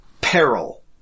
peril